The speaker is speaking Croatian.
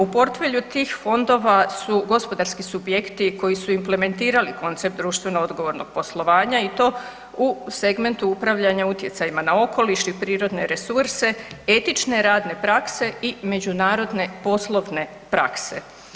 U portfelju tih fondova su gospodarski subjekti koji su implementirali koncept društveno odgovornog poslovanja i to u segmentu upravljanja utjecajima na okoliš i prirodne resurse, etične radne prakse i međunarodne poslovne prakse.